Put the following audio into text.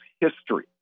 history